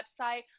website